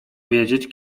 wiedzieć